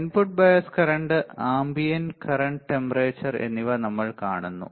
input bias current ambient current temperature എന്നിവ നമ്മൾ കാണുന്നു